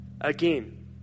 again